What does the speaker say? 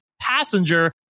passenger